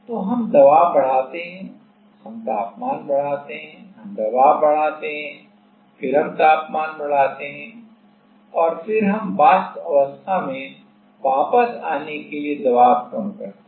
तो हम दबाव बढ़ाते हैं हम तापमान बढ़ाते हैं हम दबाव बढ़ाते हैं फिर हम तापमान बढ़ाते हैं और फिर हम वाष्प अवस्था में वापस आने के लिए दबाव कम करते हैं